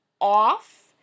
off-